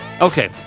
Okay